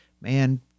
man